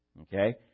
Okay